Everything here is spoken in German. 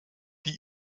die